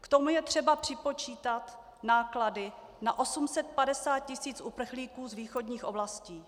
K tomu je třeba připočítat náklady na 850 tis. uprchlíků z východních oblastí.